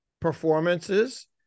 performances